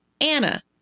Anna